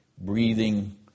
breathing